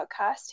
podcast